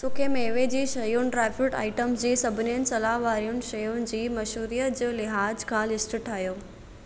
सुखे मेवे जे शयुनि ड्राईफ्रुट आइटम जी सभिनी सलाह वारियुनि शयुनि जी मशहूरीअ जे लिहाज़ खां लिस्ट ठाहियो